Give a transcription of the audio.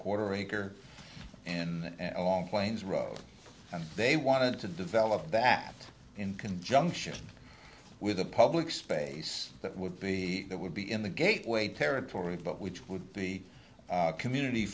quarter acre in long plains road and they wanted to develop that in conjunction with a public space that would be that would be in the gateway territory but which would be community